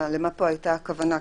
למה פה הייתה הכוונה?